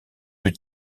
plus